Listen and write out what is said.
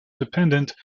dependent